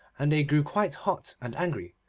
and they grew quite hot and angry.